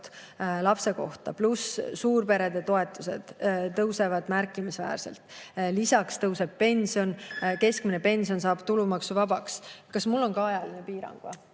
lapse kohta, pluss suurperede toetused tõusevad märkimisväärselt. Lisaks tõuseb pension, keskmine pension saab tulumaksuvabaks. Kas mul on ka ajaline piirang?